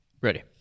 Ready